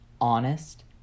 honest